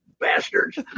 bastards